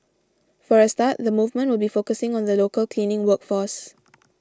for a start the movement will be focusing on the local cleaning work force